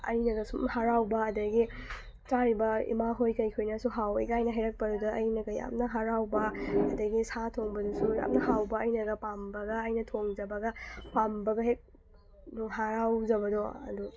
ꯑꯩꯅꯒ ꯁꯨꯝ ꯍꯔꯥꯎꯕ ꯑꯗꯒꯤ ꯆꯥꯔꯤꯕ ꯏꯃꯥ ꯍꯣꯏ ꯀꯩ ꯍꯣꯏꯅꯁꯨ ꯍꯥꯎꯋꯦ ꯀꯥꯏꯅ ꯍꯥꯏꯔꯛꯄꯗꯨꯗ ꯑꯩꯅꯒ ꯌꯥꯝꯅ ꯍꯔꯥꯎꯕ ꯑꯗꯒꯤ ꯁꯥ ꯊꯣꯡꯕꯗꯨꯁꯨ ꯌꯥꯝꯅ ꯍꯥꯎꯕ ꯑꯩꯅꯒ ꯄꯥꯝꯕꯒ ꯑꯩꯅ ꯊꯣꯡꯖꯕꯒ ꯄꯥꯝꯕꯒ ꯍꯦꯛ ꯑꯗꯨ ꯍꯔꯥꯎꯖꯕꯗꯣ ꯑꯗꯨ